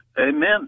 Amen